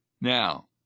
Now